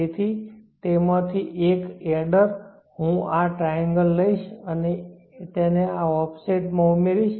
તેથી તે માંથી એક એડર હું આ ટ્રાયેન્ગલ લઈશ અને તેને આ ઓફસેટ માં ઉમેરીશ